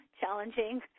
challenging